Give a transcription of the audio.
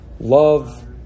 love